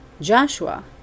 Joshua